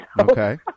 okay